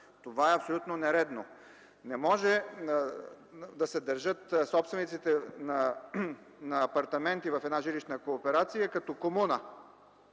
Това е абсолютно нередно! Не може да се държат собствениците на апартаменти в една жилищна кооперация като комуна,